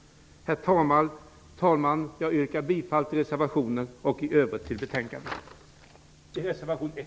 Herr talman! Jag yrkar bifall till reservation 1 och i övrigt till hemställan i betänkandet.